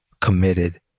committed